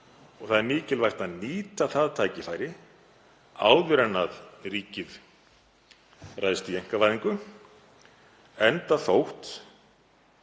og það er mikilvægt að nýta það tækifæri áður en að ríkið ræðst í einkavæðingu, enda þótt